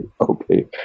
okay